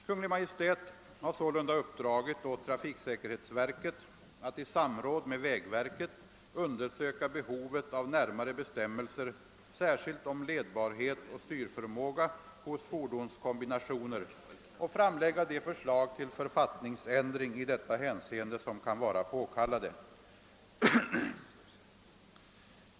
Kungl. Maj:t har sålunda uppdragit åt trafiksäkerhetsverket att i samråd med vägverket undersöka behovet av närmare bestämmelser särskilt om ledbarhet och styrförmåga hos fordonskombinationer och framlägga de för slag till författningsändring i detta hänseende som kan vara påkallade.